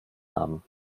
haben